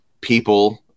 people